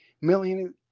million